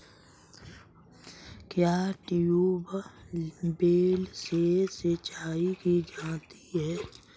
क्या ट्यूबवेल से सिंचाई की जाती है?